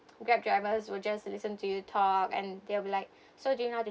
Grab drivers will just listen to you talk and they'll be like so do you know how to